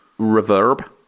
Reverb